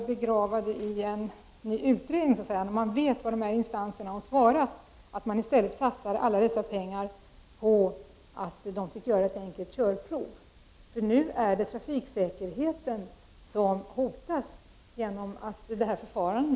Därför vore det bättre att man, när man vet vad de nämnda instanserna har svarat, i stället för att så att säga begrava detta i en ny utredning satsade alla dessa arbetsinsatser och pengar på ett enkelt förarprov.